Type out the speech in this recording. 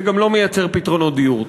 זה גם לא מייצר פתרונות דיור.